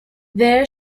there